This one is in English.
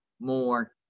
more